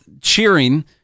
cheering